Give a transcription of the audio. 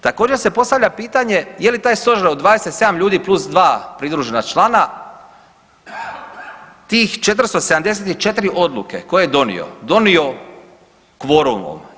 Također se postavlja pitanje je li taj Stožer od 27 ljudi + 2 pridružena člana, tih 474 odluke koje je donio, donio kvorumom.